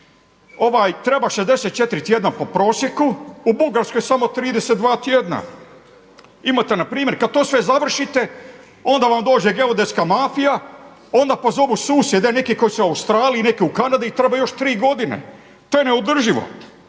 treba 64 tjedna po prosjeku, u Bugarskoj samo 32 tjedna. Imate npr. kada to sve završite onda vam dođe geodetska mafija, onda pozovu susjede neki koji su u Australiji, neke u Kanadi i treba još tri godine. To je neodrživo.